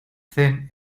zen